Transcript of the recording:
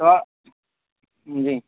تو جی